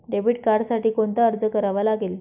Debit कार्डसाठी कोणता अर्ज करावा लागेल?